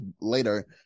later